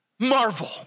Marvel